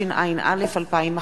התשע"א 2011,